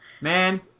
Man